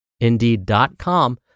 indeed.com